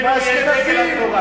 מאשכנזים.